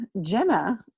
Jenna